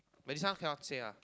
but this cannot say lah